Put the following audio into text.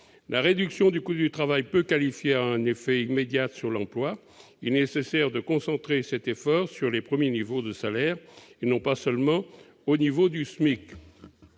La réduction du coût du travail peu qualifié a un effet immédiat sur l'emploi. Il est nécessaire de concentrer l'effort sur les premiers niveaux de salaires, et non pas seulement sur le SMIC.